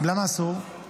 מה אסור?